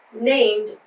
named